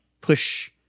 push